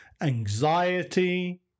anxiety